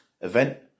event